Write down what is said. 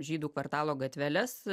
žydų kvartalo gatveles